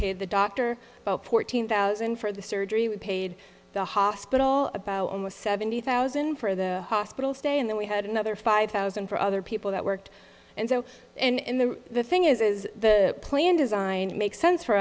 pay the doctor fourteen thousand for the surgery we paid the hospital about almost seventy thousand for the hospital stay and then we had another five thousand for other people that worked and so and the the thing is is the plan design it makes sense for